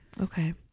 Okay